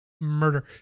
murder